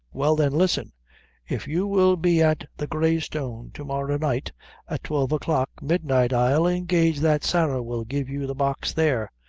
well, then, listen if you will be at the grey stone to-morrow night at twelve o'clock midnight i'll engage that sarah will give you the box there.